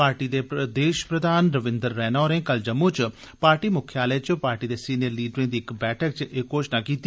party दे प्रदेश प्रधान रविन्द्र रैणा होरें कल जम्मू च पार्टी मुख्यालय च पार्टी दे सीनियर लीडरें दी इक बैठका च एह् घोषणा कीती